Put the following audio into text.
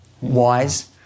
wise